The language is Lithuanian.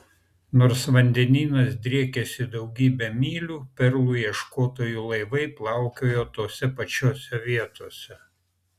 nors vandenynas driekėsi daugybę mylių perlų ieškotojų laivai plaukiojo tose pačiose vietose